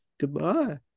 Goodbye